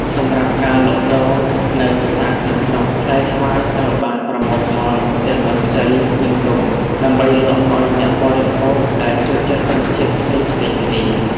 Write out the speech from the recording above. សម្រាប់ការលក់ដូរនៅផ្សារក្នុងស្រុក ផ្លែស្វាយត្រូវបានប្រមូលផលទាំងនៅខ្ចី និងទុំ ដើម្បីលក់ឲ្យអ្នកបរិភោគដែលចូលចិត្តរសជាតិផ្សេងៗគ្នា។